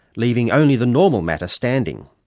leaving only the normal matter standing.